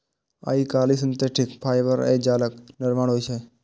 आइकाल्हि synthetic fibre सं जालक निर्माण होइ छै